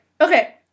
Okay